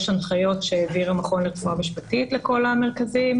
יש הנחיות שהעביר המכון לרפואה משפטית לכל המרכזים,